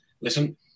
listen